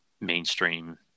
mainstream